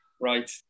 right